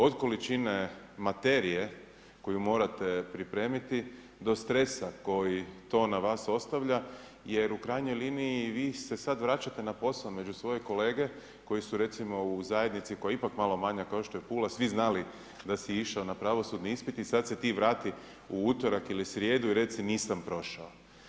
Od količine materije koju morate pripremiti, do stresa koji to na vas ostavlja jer u krajnjoj liniji, vi se sad vraćate na posao među svoje kolege koji su recimo, u zajednici koja je ipak malo manja kao što je Pula, svi znali da si išao na pravosudni ispit i sad se ti vrati u utorak ili srijedu i reci nisam prošao.